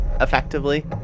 effectively